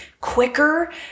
quicker